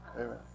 Amen